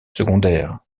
secondaire